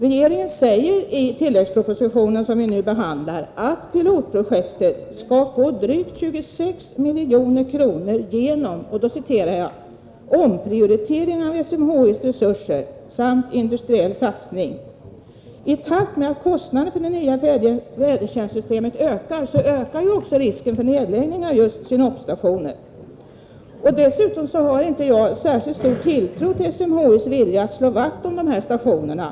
Regeringen säger i den tilläggsproposition som vi nu behandlar att pilotprojektet skall få drygt 26 milj.kr. genom ”omprioritering av SMHI:s resurser samt industriell satsning”. I takt med att kostnaderna för det nya vädertjänstssystemet ökar så ökar också risken för en nedläggning av just synopsstationer. Vidare sätter jag inte särskilt stor tilltro till SMHI:s vilja att slå vakt om de här stationerna.